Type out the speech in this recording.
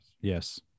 Yes